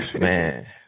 man